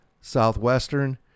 Southwestern